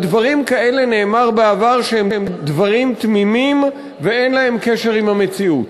על דברים כאלה נאמר בעבר שהם דברים תמימים ואין להם קשר עם המציאות.